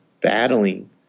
battling